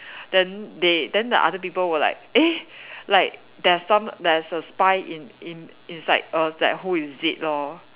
then they then the other people will like eh like there's some there's a spy in in inside us like who is it lor